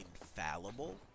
infallible